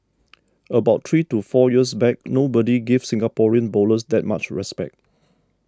about three to four years back nobody gave Singaporean bowlers that much respect